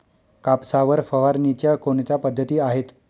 कापसावर फवारणीच्या कोणत्या पद्धती आहेत?